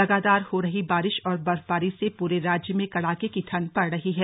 लगातार हो रही बारिश और बर्फबारी से पूरे राज्य में कड़ाके की ठंड पड़ रही है